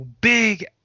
big